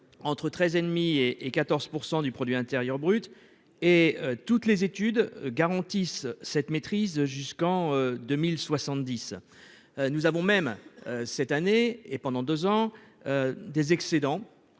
intérieur brut et toutes les études garantissent cette maîtrise jusqu'en 2070. Nous avons même cette année et pendant 2 ans. Des excédents.